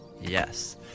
yes